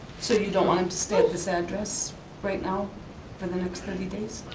so you don't want him to stay at this address right now for the next thirty days?